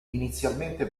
inizialmente